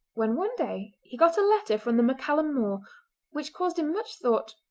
when one day he got a letter from the maccallum more which caused him much thought,